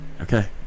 Okay